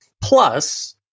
Plus